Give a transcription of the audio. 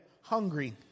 hungry